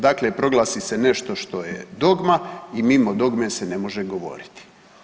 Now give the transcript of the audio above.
Dakle, proglasi se nešto što je dogma i mimo dogme se ne može govoriti.